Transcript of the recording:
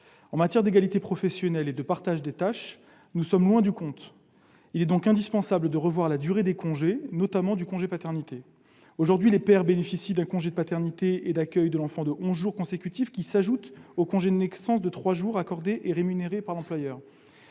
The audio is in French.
En matière d'égalité professionnelle et de partage des tâches, nous sommes loin du compte. Il est donc indispensable de revoir la durée des congés, notamment du congé de paternité. Aujourd'hui, les pères bénéficient d'un congé de paternité et d'accueil de l'enfant de onze jours consécutifs, qui s'ajoute au congé de naissance de trois jours accordé et rémunéré par l'employeur.